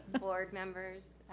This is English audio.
board members,